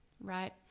right